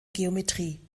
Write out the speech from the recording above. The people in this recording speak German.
geometrie